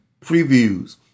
previews